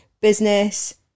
business